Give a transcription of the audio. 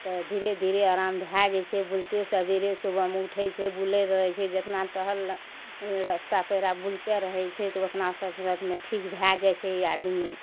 तऽ धीरे धीरे आराम भए जाइ छै बुलते सवेरे सुवहमे उठय छै बुलय रहय छै जितना टहल रस्ता पेरा बुलते रहय छै तऽ ओतना कसरतमे ठीक भए जाइ छै आदमी